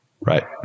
Right